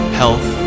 health